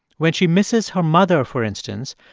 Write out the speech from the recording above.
when she misses her mother, for instance,